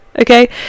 Okay